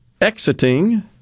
exiting